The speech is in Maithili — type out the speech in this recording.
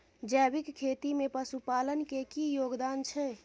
जैविक खेती में पशुपालन के की योगदान छै?